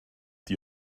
die